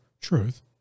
truth